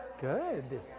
Good